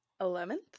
Eleventh